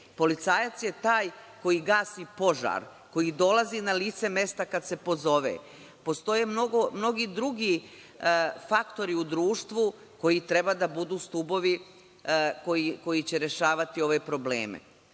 policajac je taj koji gasi požar, koji dolazi na lice mesta kada se pozove. Postoje mnogi drugi faktori u društvu koji treba da budu stubovi, koji će rešavati ove probleme.